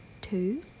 Two